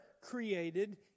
created